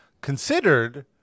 considered